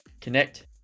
connect